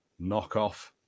knockoff